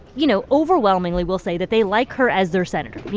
you know, overwhelmingly will say that they like her as their senator, you